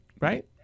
right